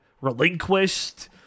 Relinquished